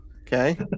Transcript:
okay